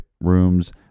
rooms